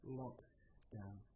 lockdown